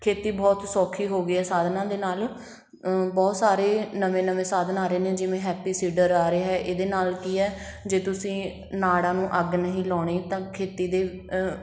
ਖੇਤੀ ਬਹੁਤ ਸੌਖੀ ਹੋ ਗਈ ਹੈ ਸਾਧਨਾਂ ਦੇ ਨਾਲ ਬਹੁਤ ਸਾਰੇ ਨਵੇਂ ਨਵੇਂ ਸਾਧਨ ਆ ਰਹੇ ਨੇ ਜਿਵੇਂ ਹੈਪੀ ਸੀਡਰ ਆ ਰਿਹਾ ਇਹਦੇ ਨਾਲ ਕੀ ਹੈ ਜੇ ਤੁਸੀਂ ਨਾੜਾਂ ਨੂੰ ਅੱਗ ਨਹੀਂ ਲਾਉਣੀ ਤਾਂ ਖੇਤੀ ਦੇ